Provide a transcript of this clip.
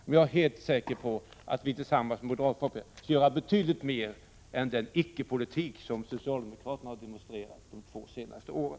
Men jag är helt säker på att vi tillsammans med moderater och folkpartister skulle göra betydligt mer än vad socialdemokraterna har åstadkommit med sin icke-politik under de två senaste åren.